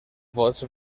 vots